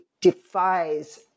defies